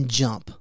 jump